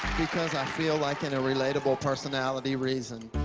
because i feel like in a relatable-personality reason.